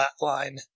flatline